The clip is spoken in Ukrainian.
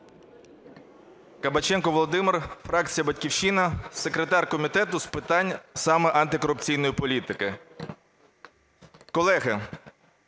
Кабаченко Володимир, фракція "Батьківщина", секретар Комітету з питань саме антикорупційної політики. Колеги,